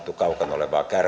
olevaa